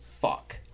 fuck